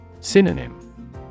Synonym